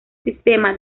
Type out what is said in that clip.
sistema